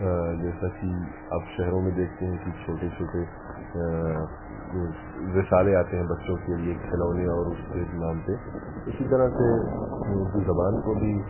جیسا کہ آپ شہروں میں دیکھتے ہیں کہ چھوٹے چھوٹے رسالے آتے ہیں بچوں کے لیے کھلونے اور اس کے نام پہ اسی طرح سے اردو زبان کو بھی